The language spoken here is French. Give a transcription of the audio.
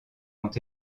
ont